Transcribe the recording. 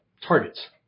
targets